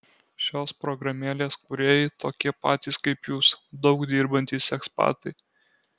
šios programėlės kūrėjai tokie patys kaip jūs daug dirbantys ekspatai